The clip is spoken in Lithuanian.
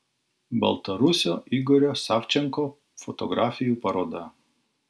baltarusio igorio savčenko fotografijų paroda